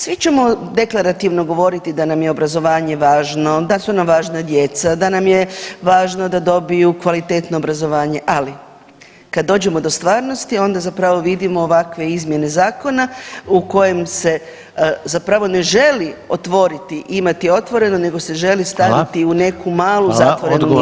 Svi ćemo deklarativno govori da nam je obrazovanje važno, da su nam važna djeca, da nam je važno da dobiju kvalitetno obrazovanje, ali kada dođemo do stvarnosti onda zapravo vidimo ovakve izmjene zakona u kojem se zapravo ne želi otvoriti i imati otvoreno nego se želi [[Upadica Reiner: Hvala.]] staviti u neku malu zatvorenu nišu.